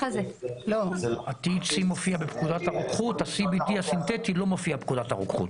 והטיפול הוא באמת מאוד מאוד מוגבל.